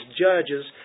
judges